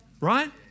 Right